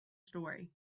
story